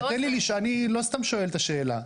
אני לא סתם שואל את השאלה.